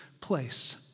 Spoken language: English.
place